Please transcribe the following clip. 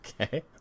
Okay